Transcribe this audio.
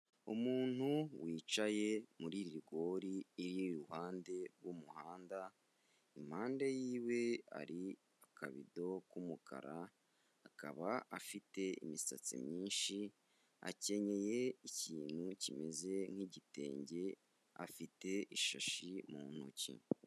Umuntu wicaye muri rigori iri iruhande rw'umuhanda, impande yiwe hari akabido k'umukara, akaba afite imisatsi myinshi, akenye ikintu kimeze nk'igitenge, afite ishashi mu ntoki.